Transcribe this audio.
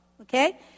Okay